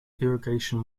irrigation